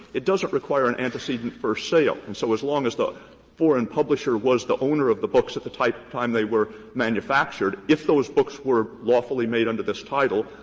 it doesn't require an antecedent first sale. and so as long as the foreign publisher was the owner of the books at the type time they were manufactured, if those books were lawfully made under this title,